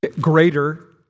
greater